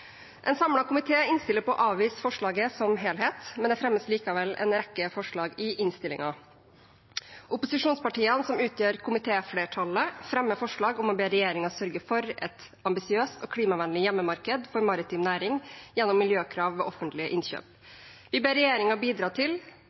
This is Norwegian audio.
En samlet komité innstiller på å avvise forslaget som helhet, men det fremmes likevel en rekke forslag i innstillingen. Opposisjonspartiene, som utgjør komitéflertallet, fremmer forslag om å be regjeringen sørge for et ambisiøst og klimavennlig hjemmemarked for maritim næring, gjennom miljøkrav ved offentlige innkjøp. Vi ber regjeringen bidra til